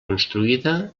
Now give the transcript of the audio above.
construïda